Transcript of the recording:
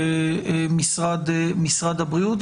ומשרד הבריאות,